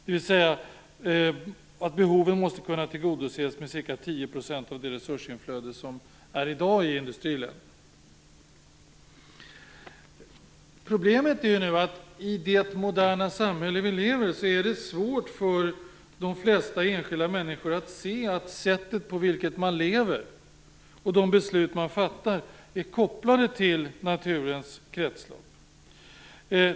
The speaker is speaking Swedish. Behoven måste alltså kunna tillgodoses med ca 10 % av det resursinflöde som finns i industriländerna i dag. Problemet är att i det moderna samhälle vi lever i är det svårt för de flesta enskilda människor att se att sättet man lever på och besluten man fattar är kopplade till naturens kretslopp.